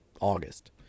August